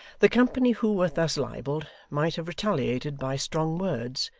the company who were thus libelled might have retaliated by strong words,